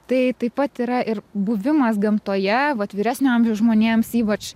tai taip pat yra ir buvimas gamtoje vat vyresnio amžiaus žmonėms ypač